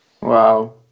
Wow